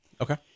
Okay